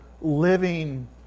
living